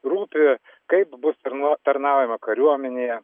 rūpi kaip bus ir nuo tarnavimo kariuomenėje